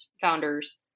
founders